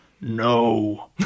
no